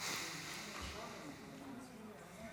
חבריי חברי הכנסת,